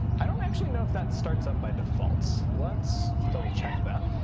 i don't actually know if that starts up by default. let's double check that.